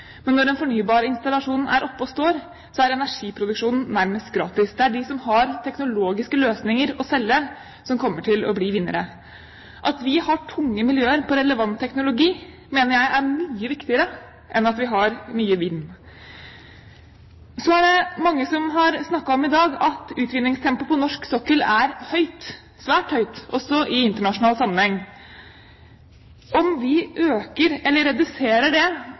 Men når en fornybar installasjon er oppe og står, er energiproduksjonen nærmest gratis. Det er de som har teknologiske løsninger å selge, som kommer til å bli vinnere. At vi har tunge miljøer på relevant teknologi, mener jeg er mye viktigere enn at vi har mye vind. Så er det mange i dag som har snakket om at utvinningstempoet på norsk sokkel er høyt – svært høyt, også i internasjonal sammenheng. Om vi øker eller reduserer det,